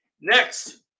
next